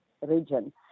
region